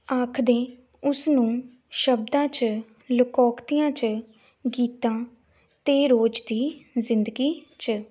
ਆਖਦੇ ਉਸ ਨੂੰ ਸ਼ਬਦਾਂ 'ਚ ਲਕੋਕਤੀਆਂ 'ਚ ਗੀਤਾਂ ਅਤੇ ਰੋਜ਼ ਦੀ ਜ਼ਿੰਦਗੀ 'ਚ